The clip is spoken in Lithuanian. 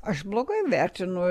aš blogai vertinu